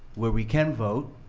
where we can vote,